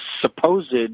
supposed –